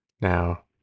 Now